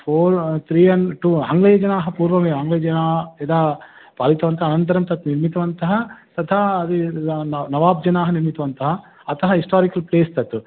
four त्रिहन् टु आङ्ग्लजनैः पूर्वमेव आङ्ग्लजनैः यदा पालितवन्तः तत् निर्मितवन्तः तथा नवाब्जनाः निर्मितवन्तः अतः हिस्टारिकल् प्लेस् तत्